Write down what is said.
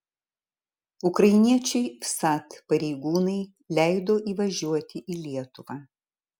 ukrainiečiui vsat pareigūnai leido įvažiuoti į lietuvą